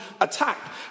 attack